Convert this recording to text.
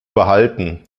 behalten